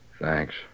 Thanks